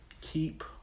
keep